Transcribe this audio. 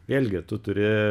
vėlgi tu turi